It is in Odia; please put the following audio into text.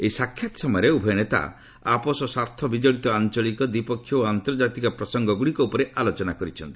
ଏହି ସାକ୍ଷାତ ସମୟରେ ଉଭୟ ନେତା ଆପୋଷ ସ୍ୱାର୍ଥ ବିଜଡ଼ିତ ଆଞ୍ଚଳିକ ଦ୍ୱିପକ୍ଷିୟ ଓ ଆନ୍ତର୍ଜାତିକ ପ୍ରସଙ୍ଗଗୁଡ଼ିକ ଉପରେ ଆଲୋଚନା କରିଛନ୍ତି